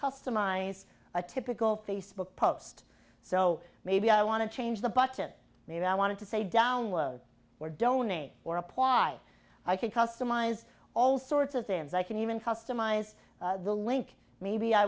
customize a typical facebook post so maybe i want to change the button maybe i want to say download or donate or apply i could customize all sorts of things i can even customize the link maybe i